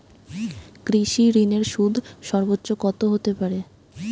কৃষিঋণের সুদ সর্বোচ্চ কত হতে পারে?